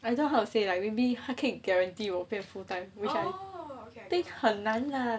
I don't know how to say like maybe 它可以 guarantee 我变 pay full time which I think 很难 lah keep fat you know P&G you need